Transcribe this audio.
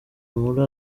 muri